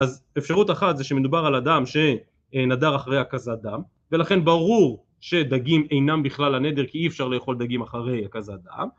‫אז אפשרות אחת זה שמדובר על אדם ‫שנדר אחרי הקזת דם, ‫ולכן ברור שדגים אינם בכלל הנדר ‫כי אי אפשר לאכול דגים אחרי הקזת דם.